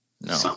no